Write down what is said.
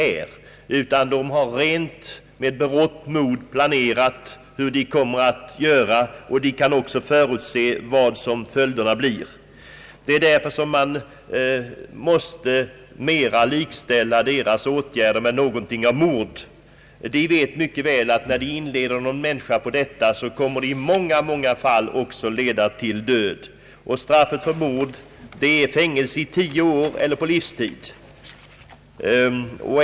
Människorna inom den gruppen har med berått mod planerat sitt handlande och kan förutse följderna. Därför måste deras åtgärder mera likställas med mord. De vet mycket väl att när de förleder någon att använda narkotika så innebär det i många fall att vederbörande dör. Straffet för mord är fängelse i tio år eller på livstid.